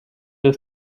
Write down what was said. have